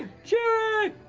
jerry!